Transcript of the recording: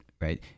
right